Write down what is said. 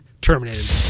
terminated